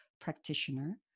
practitioner